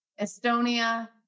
Estonia